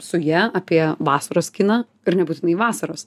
su ja apie vasaros kiną ir nebūtinai vasaros